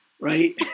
right